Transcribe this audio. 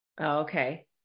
Okay